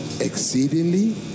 exceedingly